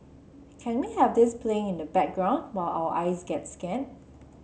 can we have this playing in the background while our eyes get scanned